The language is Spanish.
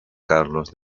carlos